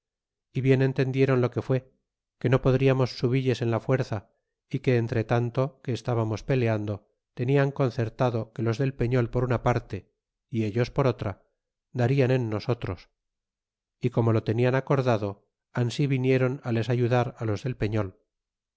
y bien entendieron lo que fue que no podriamos subilles en la fuerza y que entretanto que estábamos peleando tenian concertado que los del peñol por una parte y ellos por otra darian en nosotros y como lo tenian acordado ansi vinieron les ayudar á los del peñol